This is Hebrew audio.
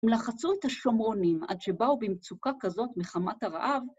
הם לחצו את השומרונים עד שבאו במצוקה כזאת מחמת הרעב.